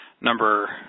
Number